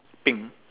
pink